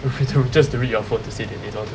to to just to read your phone to say they don't want to